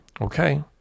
Okay